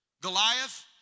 Goliath